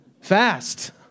fast